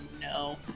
no